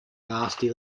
nasty